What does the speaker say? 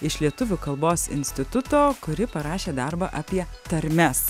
iš lietuvių kalbos instituto kuri parašė darbą apie tarmes